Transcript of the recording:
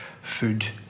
food